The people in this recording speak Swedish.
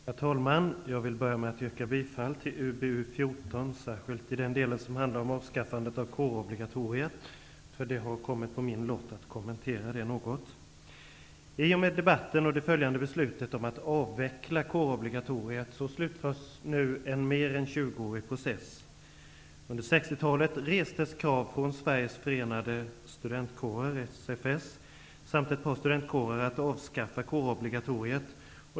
Herr talman! Jag vill börja med att yrka bifall till UbU14, särskilt i den del som handlar om avskaffandet av kårobligatoriet. Det har fallit på min lott att kommentera det något. I och med debatten och det påföljande beslutet att avveckla kårobligatoriet slutförs nu en mer än tjugoårig process. Under 60-talet restes krav från Sveriges förenade studentkårer, SFS, samt från ett par studentkårer på att avskaffa kårobligatoriet.